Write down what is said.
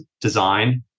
design